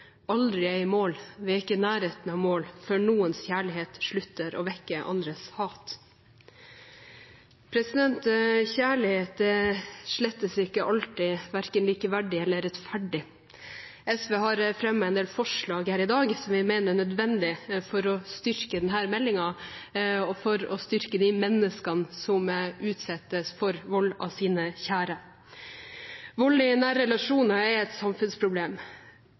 aldri er i mål – vi er ikke i nærheten av mål før noens kjærlighet slutter å vekke andres hat. Kjærlighet er slett ikke alltid verken likeverdig eller rettferdig. SV har fremmet en del forslag her i dag som vi mener er nødvendig for å styrke denne meldingen, og for å styrke de menneskene som utsettes for vold av sine kjære. Vold i nære relasjoner er et samfunnsproblem.